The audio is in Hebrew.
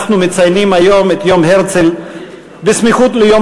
אנחנו מציינים היום את יום הרצל בסמיכות ליום